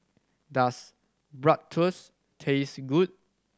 does Bratwurst taste good